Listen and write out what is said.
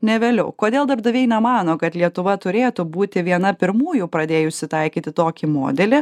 ne vėliau kodėl darbdaviai nemano kad lietuva turėtų būti viena pirmųjų pradėjusi taikyti tokį modelį